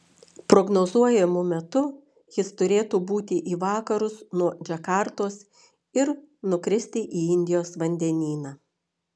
prognozuojamu metu jis turėtų būti į vakarus nuo džakartos ir nukristi į indijos vandenyną